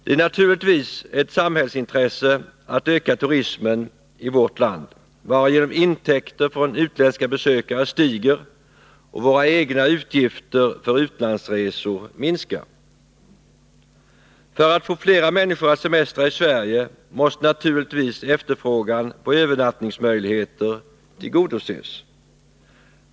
Det är naturligtvis ett samhällsintresse att öka turismen i vårt land, varigenom intäkter från utländska besökare stiger och våra egna utgifter för utlandsresor minskar. För att få fler människor att semestra i Sverige måste naturligtvis efterfrågan på övernattningsmöjligheter tillgodoses.